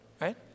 right